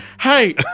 Hey